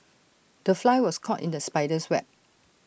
the fly was caught in the spider's web